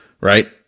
Right